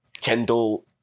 Kendall